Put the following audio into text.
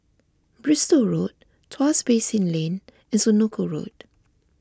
Bristol Road Tuas Basin Lane and Senoko Road